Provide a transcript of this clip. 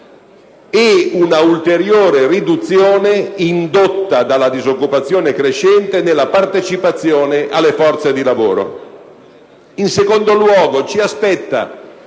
e una ulteriore riduzione, indotta dalla disoccupazione crescente, della partecipazione alla forza di lavoro. In secondo luogo ci aspetta